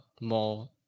more